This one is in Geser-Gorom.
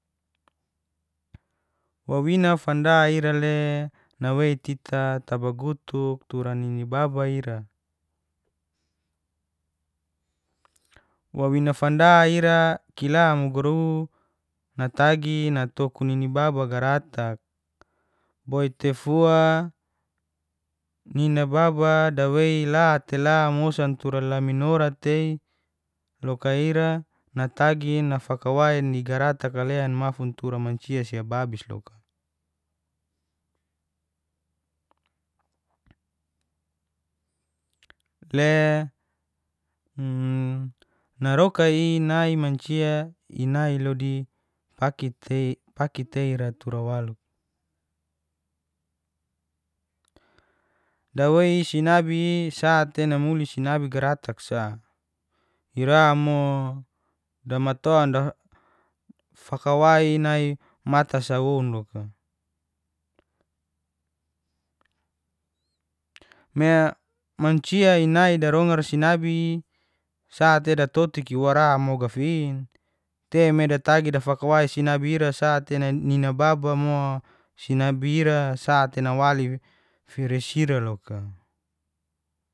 Wawina fanda ira le nawei tita tabagutuk tura nini baba ira, wawina fanda ira kila muguru natagi ntokun nini baba garatak boit tefua nina baba dawei la'te la'te mosan tura laminora tei loka ira natagi nafakwai ni garatak ka len mafun tura mancia si ababis loka. le naroka nai mancia inai lodi pakitei ira tura waluk dawei sinabi sate namuli sinabi garatak sa ira mo damaton dafakai wai nai mata sa woun loka, me mancia inai darongar sinabi sa'te datotik iwara mo gafin te me datagi dafakawai sinabi ira sate nai nina baba mo sinabi ira sa'te nawali firerisi ira loka.